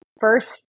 first